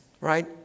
right